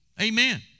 Amen